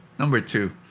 number two,